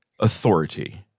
authority